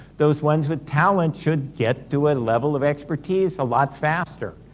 those ones with talent should get to a level of expertise a lot faster.